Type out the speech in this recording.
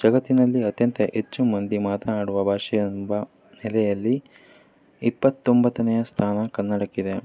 ಜಗತ್ತಿನಲ್ಲಿ ಅತ್ಯಂತ ಹೆಚ್ಚು ಮಂದಿ ಮಾತನಾಡುವ ಭಾಷೆ ಎಂಬ ನೆಲೆಯಲ್ಲಿ ಇಪ್ಪತ್ತೊಂಬತ್ತನೆಯ ಸ್ಥಾನ ಕನ್ನಡಕ್ಕಿದೆ